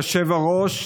אדוני היושב-ראש,